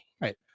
Right